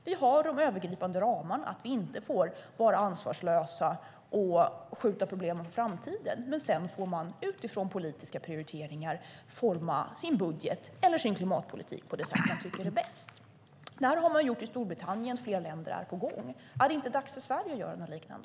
Vi har de övergripande ramarna vilket innebär att vi inte får vara ansvarslösa och skjuta problemen på framtiden, men sedan får vi utifrån politiska prioriteringar forma vår budget eller vår klimatpolitik på det sätt vi tycker är bäst. Det här har man gjort i Storbritannien, och fler länder är på gång. Är det inte dags att Sverige gör något liknande?